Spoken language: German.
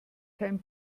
kein